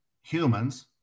humans